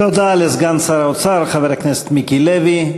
תודה לסגן שר האוצר חבר הכנסת מיקי לוי.